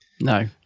no